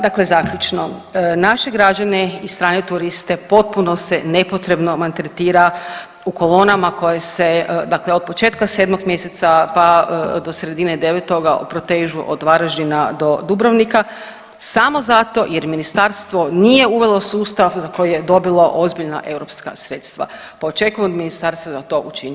Dakle zaključno, naše građane i strane turiste potpuno se nepotrebno maltretira u kolonama koje se, dakle od početka 7. mjeseca, pa do sredine 9. protežu od Varaždina do Dubrovnika samo zato jer ministarstvo nije uvelo sustav za koji je dobilo ozbiljna europska sredstva, pa očekujem od ministarstva da to učini